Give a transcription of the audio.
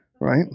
Right